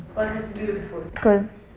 it's beautiful? cause,